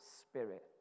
spirit